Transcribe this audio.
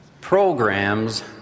Programs